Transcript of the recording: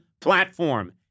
platform